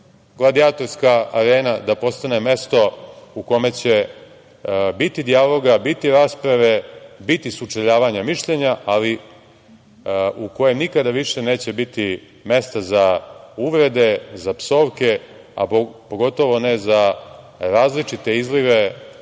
gladijatorska arena, da postane mesto u kome će biti dijaloga, biti rasprave, biti sučeljavanja mišljenja, ali u kojem nikada više neće biti mesta za uvrede, za psovke, a pogotovo ne za različite izlive